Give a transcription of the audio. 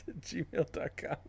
gmail.com